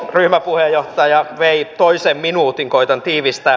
ryhmäpuheenjohtaja vei toisen minuutin koetan tiivistää